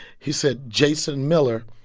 he said, jason miller.